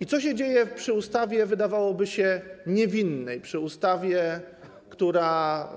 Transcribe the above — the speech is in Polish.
I co się dzieje przy ustawie, wydawałoby się niewinnej, przy ustawie, która